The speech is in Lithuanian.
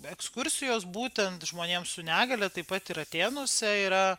ekskursijos būtent žmonėm su negalia taip pat ir atėnuose yra